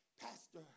pastor